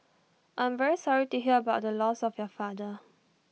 I am very sorry to hear about the loss of your father